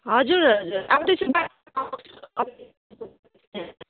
हजुर हजुर आउँदैछु त